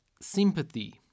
sympathy